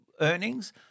earnings